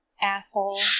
asshole